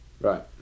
Right